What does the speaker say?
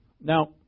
Now